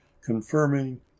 confirming